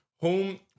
home